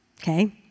okay